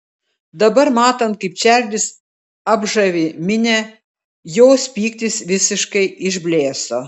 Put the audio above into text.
dabar matant kaip čarlis apžavi minią jos pyktis visiškai išblėso